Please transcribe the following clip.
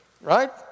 right